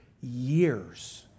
years